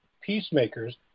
peacemakers